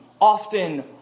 often